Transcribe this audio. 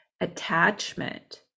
attachment